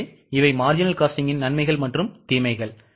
எனவே இவை marginal costing ன் நன்மைகள் மற்றும் தீமைகள்